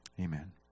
Amen